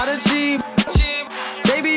Baby